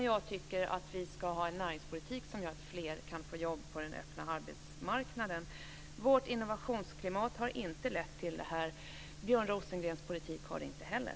Jag tycker att vi ska ha en näringspolitik som gör att fler kan få jobb på den öppna arbetsmarknaden. Vårt innovationsklimat har inte lett till detta, och Björn Rosengrens politik har det inte heller.